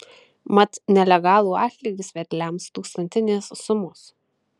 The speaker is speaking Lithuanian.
mat nelegalų atlygis vedliams tūkstantinės sumos